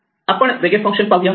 आपण वेगळे फंक्शन पाहूयात